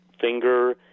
finger